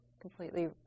completely